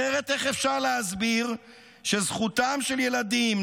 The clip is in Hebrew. אחרת איך אפשר להסביר שזכותם של ילדים,